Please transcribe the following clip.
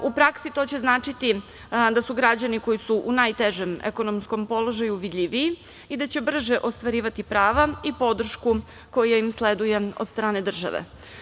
U praksi to će značiti da su građani koji su u najtežem ekonomskom položaju vidljiviji i da će brže ostvarivati prava i podršku koja im sleduje od strane države.